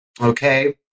okay